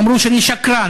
אמרו שאני שקרן,